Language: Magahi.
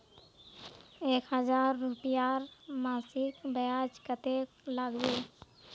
एक हजार रूपयार मासिक ब्याज कतेक लागबे?